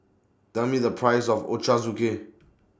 Tell Me The Price of Ochazuke